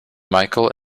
micheal